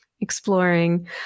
exploring